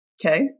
Okay